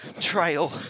trail